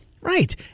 Right